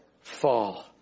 fall